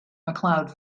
macleod